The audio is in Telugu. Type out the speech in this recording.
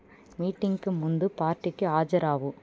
మీటింగ్కి ముందు పార్టీకి హాజరు అవ్వు